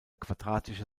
quadratische